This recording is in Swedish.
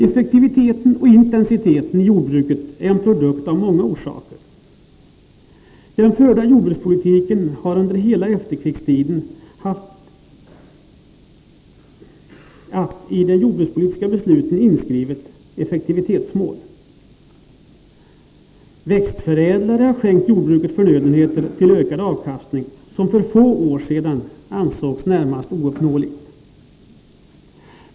Effektiviteten och intensiteten i jordbruket är en produkt av många faktorer. Den förda jordbrukspolitiken har under hela efterkrigstiden haft ett i de jordbrukspolitiska besluten inskrivet effektivitetsmål. Växtförädlare har skänkt jordbruket förnödenheter till en ökad avkastning, som för få år sedan ansågs närmast ouppnåelig.